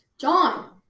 John